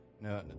No